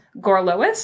Gorlois